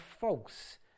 false